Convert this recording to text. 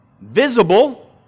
visible